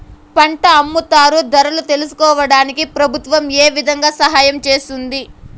పంట అమ్ముతారు ధరలు తెలుసుకోవడానికి ప్రభుత్వం ఏ విధంగా సహాయం చేస్తుంది?